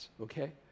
okay